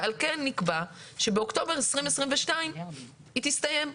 ועל כן נקבע שבאוקטובר 2022 היא תסתיים.